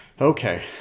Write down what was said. Okay